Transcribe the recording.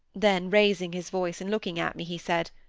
then, raising his voice, and looking at me, he said,